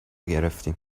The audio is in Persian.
گرفتیم